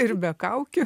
ir be kaukių